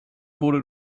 wurde